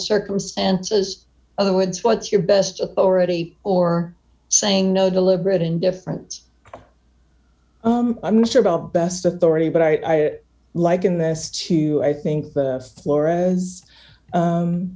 circumstances other words what's your best authority or saying no deliberate indifference i'm not sure about best authority but i liken this to i think the